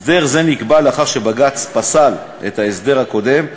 הסדר זה נקבע לאחר שבג"ץ פסל את ההסדר הקודם,